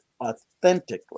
authentically